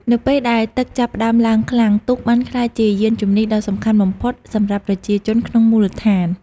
នៅពេលដែលទឹកចាប់ផ្តើមឡើងខ្លាំង ទូកបានក្លាយជាយានជំនិះដ៏សំខាន់បំផុតសម្រាប់ប្រជាជនក្នុងមូលដ្ឋាន។